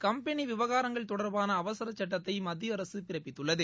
company விவகாரங்கள் தொடர்பான அவசர சுட்டத்தை மத்திய அரசு பிறப்பித்துள்ளது